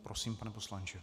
Prosím, pane poslanče.